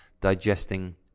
digesting